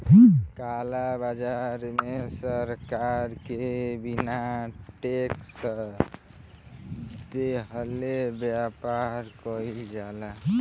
काला बाजार में सरकार के बिना टेक्स देहले व्यापार कईल जाला